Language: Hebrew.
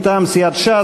מטעם סיעת ש"ס.